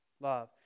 love